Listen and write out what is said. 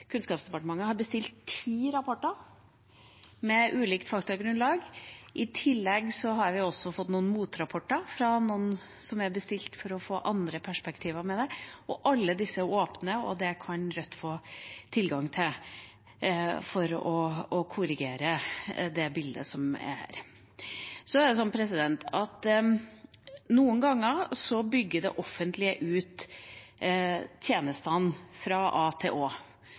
vi fått noen motrapporter som er bestilt for å få andre perspektiver. Alle disse er åpne, og Rødt kan få tilgang til dem for å korrigere det bildet som er her. Noen ganger bygger det offentlige ut tjenestene fra A til